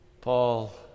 Paul